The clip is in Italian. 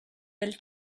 del